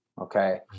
okay